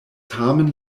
tamen